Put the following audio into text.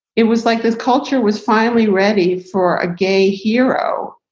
it was like this culture was finally ready for a gay hero.